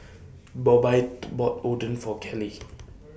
Bobbye bought Oden For Caleigh